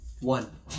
One